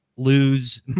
lose